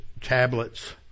tablets